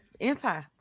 anti